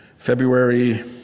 February